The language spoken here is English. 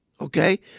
Okay